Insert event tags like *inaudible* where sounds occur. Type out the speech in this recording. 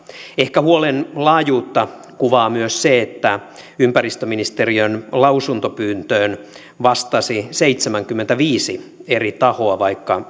ehkä huolen laajuutta kuvaa myös se että ympäristöministeriön lausuntopyyntöön vastasi seitsemänkymmentäviisi eri tahoa vaikka *unintelligible*